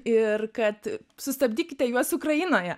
ir kad sustabdykite juos ukrainoje